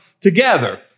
together